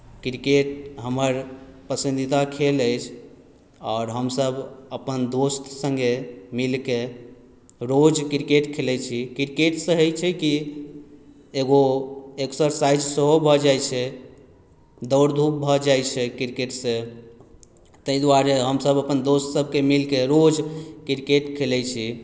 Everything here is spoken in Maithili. क्रिकेट हमर पसन्दीदा खेल अछि आओर हमसभ अपन दोस्त सङ्गे मिलके रोज क्रिकेट खेलैत छी क्रिकेटसँ होइत छै कि एगो एक्सरसाइज सेहो भऽ जाइत छै दौड़ धूप भऽ जाइत छै क्रिकेटसँ ताहि द्वारे हमसभ अपन दोस्तसभके मिलके रोज क्रिकेट खेलैत छी